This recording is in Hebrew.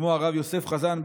כמו הרב יוסף חזן,